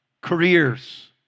Careers